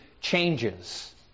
changes